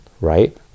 right